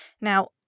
Now